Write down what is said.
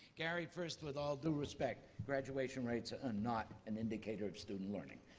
gary, first, with all due respect, graduation rates are not an indicator of student learning.